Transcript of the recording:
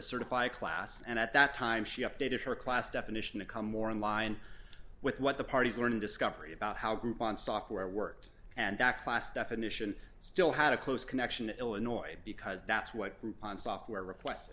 certify a class and at that time she updated her class definition to come more in line with what the party's learned discovery about how group on software worked and back class definition still had a close connection to illinois because that's what on software request